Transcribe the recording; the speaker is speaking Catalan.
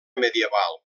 medieval